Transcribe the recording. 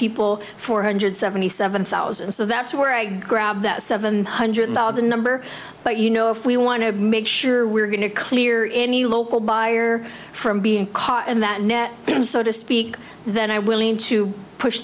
people four hundred seventy seven thousand so that's where i grab that seven hundred thousand number but you know if we want to make sure we're going to clear any local buyer from being caught in that net it was so to speak that i willing to push